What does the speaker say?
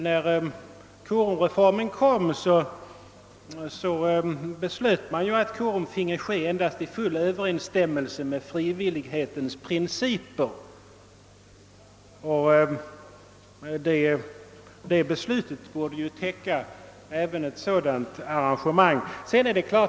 När korumreformen genomfördes beslöt riksdagen att korum fick hållas endast i full överensstämmelse med frivillighetens principer, och det beslutet borde ju täcka även ett sådant arrangemang som det här gäller.